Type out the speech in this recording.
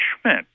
Schmidt